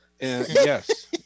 Yes